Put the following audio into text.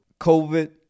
COVID